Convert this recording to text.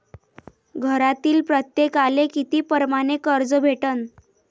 घरातील प्रत्येकाले किती परमाने कर्ज भेटन?